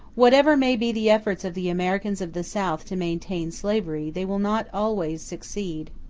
whatever may be the efforts of the americans of the south to maintain slavery, they will not always succeed.